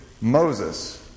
Moses